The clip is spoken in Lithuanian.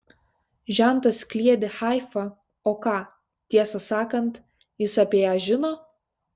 žentas kliedi haifa o ką tiesą sakant jis apie ją žino